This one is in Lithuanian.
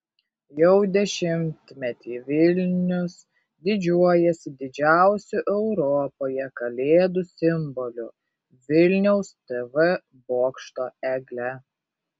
jau dešimtmetį vilnius didžiuojasi didžiausiu europoje kalėdų simboliu vilniaus tv bokšto egle